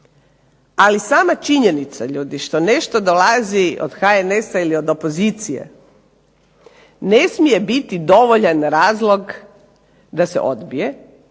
Ali sama činjenica ljudi što nešto dolazi od HNS-a ili od opozicije ne smije biti dovoljan razlog da se odbije